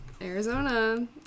Arizona